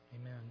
Amen